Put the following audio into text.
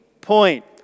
point